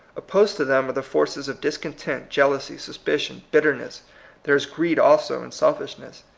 opposed to them are the forces of discontent, jeal ousy, suspicion, bitterness there is greed also and selfishness.